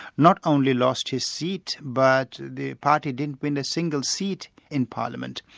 not only lost his seat but the party didn't win a single seat in parliament.